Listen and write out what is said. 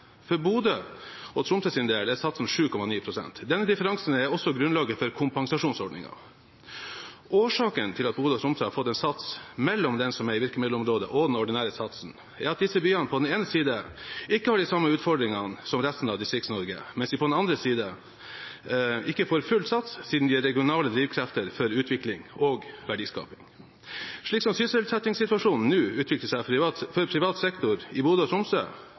For Bodø og Tromsø sin del er satsen 7,9 pst. Denne differansen er også grunnlaget for kompensasjonsordningen. Årsaken til at Bodø og Tromsø har fått en sats mellom den som er i virkemiddelområdet og den ordinære satsen, er at disse byene på den ene siden ikke har de samme utfordringene som resten av Distrikts-Norge, mens de på den andre siden ikke får full sats, siden de er regionale drivkrefter for utvikling og verdiskaping. Slik som sysselsettingssituasjonen nå utvikler seg for privat sektor i Bodø og Tromsø,